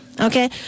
okay